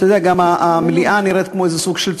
אתה יודע, גם המליאה נראית כמו איזה סוג של צוללת,